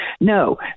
no